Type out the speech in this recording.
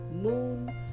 moon